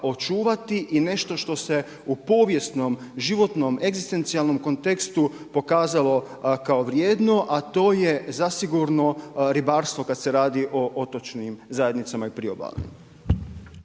očuvati i nešto što se u povijesnom, životnom, egzistencijalnom kontekstu pokazalo kao vrijedno, a to je zasigurno ribarstvo kada se radi o otočnim zajednicama i priobalnim.